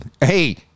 Hey